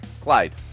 Clyde